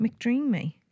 McDreamy